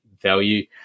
value